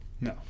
No